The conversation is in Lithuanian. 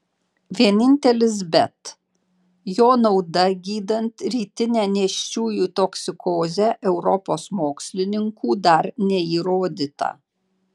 vienintelis bet jo nauda gydant rytinę nėščiųjų toksikozę europos mokslininkų dar neįrodyta